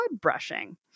brushing